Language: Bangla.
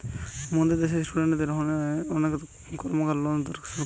মোদের দ্যাশে ইস্টুডেন্টদের হোনে অনেক কর্মকার লোন সরকার দেয়